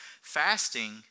Fasting